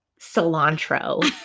cilantro